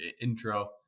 intro